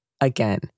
Again